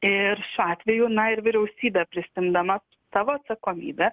ir šiuo atveju na ir vyriausybė prisiimdama savo atsakomybę